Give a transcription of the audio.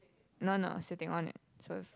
no no sitting on it so if